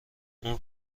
اون